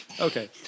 Okay